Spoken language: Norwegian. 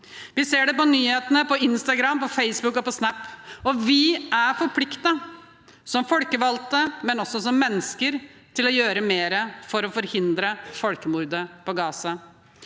Vi ser det på nyhetene, på Instagram, på Facebook og på Snap, og vi er forpliktet, som folkevalgte, men også som mennesker, til å gjøre mer for å forhindre folkemordet på Gaza.